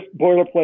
boilerplate